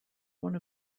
one